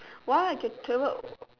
well I can travel